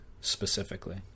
specifically